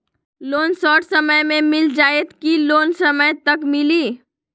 Loan short समय मे मिल जाएत कि लोन समय तक मिली?